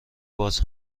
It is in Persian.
باز